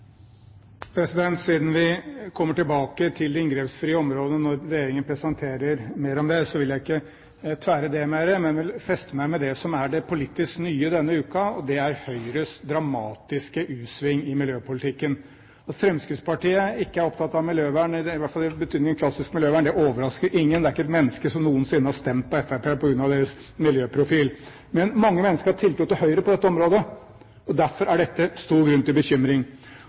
Siden vi kommer tilbake til de inngrepsfrie områdene når regjeringen presenterer mer om det, vil jeg ikke tvære ut det mer, men feste meg ved det som er det politisk nye denne uken: Høyres dramatiske u-sving i miljøpolitikken. At Fremskrittspartiet ikke er opptatt av miljøvern – i hvert fall i betydningen klassisk miljøvern – det overrasker ingen. Det er ikke et menneske som noensinne har stemt på Fremskrittspartiet på grunn av deres miljøprofil. Men mange mennesker har tiltro til Høyre på dette området, og derfor er dette stor grunn til bekymring.